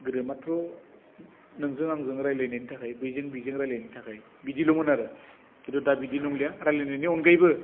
गोदो माथ्र' नोंजों आंजों रायलायनायनि थाखाय बैजों बिजों रायलायनायनि थाखाय बिदिल'मोन आरो खिन्थु दा बिदि नंलिया रायलायनायनि अनगायैबो